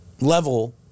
level